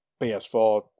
PS4